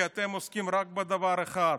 כי אתם עוסקים רק בדבר אחד,